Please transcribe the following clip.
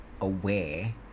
aware